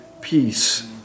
peace